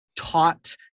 Taught